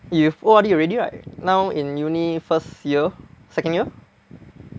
you've O_R_D already right now in uni first year second year